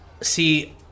see